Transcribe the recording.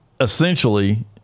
essentially